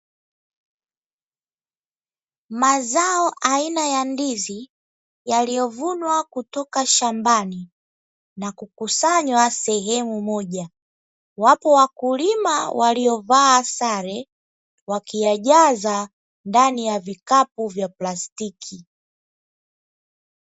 Mazao aina ya ndizi yaliyovunwa kutoka shambani na kukusanywa sehemu moja, wapo wakulima waliovaa sare wakiyajaza ndani ya vikapu vya plastiki.